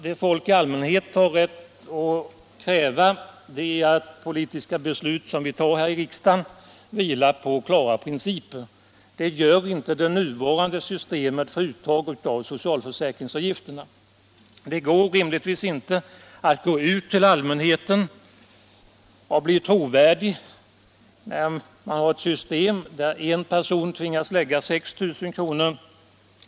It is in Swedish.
Det folk i allmänhet har rätt att kräva är att de politiska socialförsäkringsavbeslut vi tar här i riksdagen vilar på klara principer. Det gör inte det nuvarande systemet för uttag av socialförsäkringsavgifter. Det går rimligtvis inte att gå ut till allmänheten och bli trovärdig när man har ett system där en person tvingas erlägga 6 000 kr.